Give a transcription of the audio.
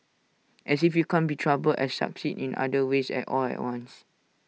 as if you can't be troubled and succeed in other ways at all at once